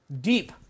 deep